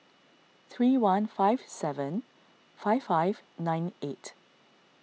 three one five seven five five nine eight